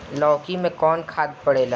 लौकी में कौन खाद पड़ेला?